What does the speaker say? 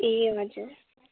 ए हजुर